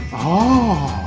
oh.